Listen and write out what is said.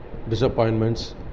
disappointments